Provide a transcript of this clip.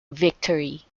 victory